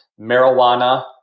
marijuana